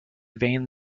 vane